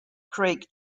craig